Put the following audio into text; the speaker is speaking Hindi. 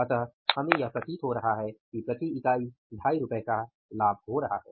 अतः हमें यह प्रतीत हो रहा है कि प्रति इकाई ढाई रु का लाभ हो रहा है